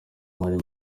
marley